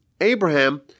Abraham